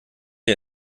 ihr